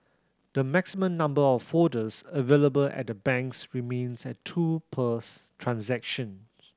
the maximum number of folders available at the banks remains at two per transactions